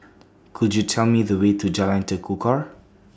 Could YOU Tell Me The Way to Jalan Tekukor